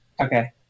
Okay